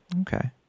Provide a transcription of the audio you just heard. okay